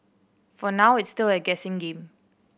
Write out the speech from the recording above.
for now it's still a guessing game